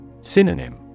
Synonym